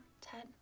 Ted